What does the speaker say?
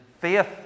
faith